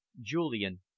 Julian